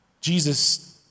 Jesus